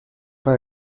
pas